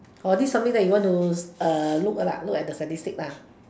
oh this something that you want to look lah look at the statistic lah